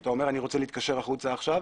כשאתה אומר שאני רוצה להתקשר החוצה עכשיו,